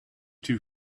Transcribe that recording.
too